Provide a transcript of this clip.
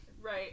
Right